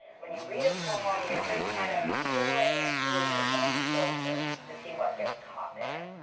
when you read a poem you're just kind of pouring it through your own filter to see what gets caught there.